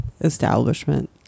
establishment